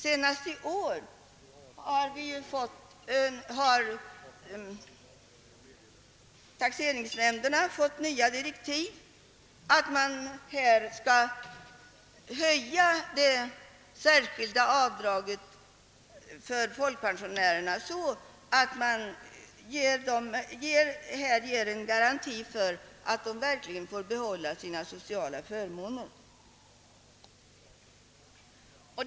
Senast i år har taxeringsnämnderna fått nya direktiv att höja det särskilda avdraget för folkpensionärerna så att man ger en garanti för att de verkligen får behålla sina sociala förmåner.